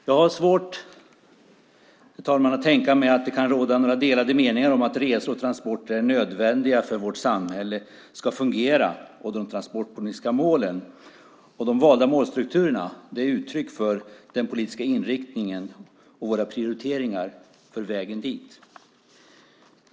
Jag har svårt att tänka mig att det kan råda några delade meningar om att resor och transporter är nödvändiga för att vårt samhälle ska fungera, och de transportpolitiska målen och de valda målstrukturerna är uttryck för den politiska inriktningen och våra prioriteringar för vägen dit.